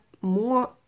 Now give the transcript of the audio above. more